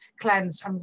cleansed